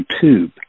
tube